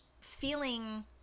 feeling